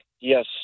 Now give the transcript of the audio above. Yes